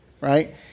right